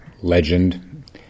legend